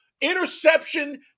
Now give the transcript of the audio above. interception